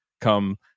come